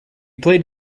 played